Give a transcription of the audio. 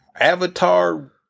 avatar